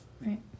right